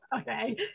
okay